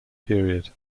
period